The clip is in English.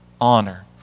honor